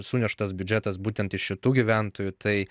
suneštas biudžetas būtent iš šitų gyventojų tai